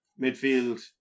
Midfield